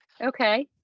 Okay